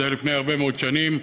זה היה לפני הרבה מאוד שנים,